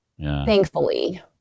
thankfully